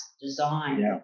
design